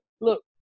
look